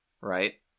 Right